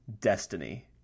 Destiny